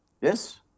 Yes